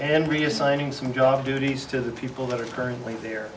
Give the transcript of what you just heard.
and reassigning some job duties to the people that are currently there